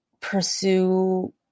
pursue